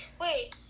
Wait